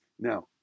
Now